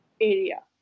area